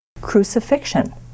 crucifixion